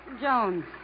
Jones